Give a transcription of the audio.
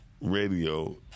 radio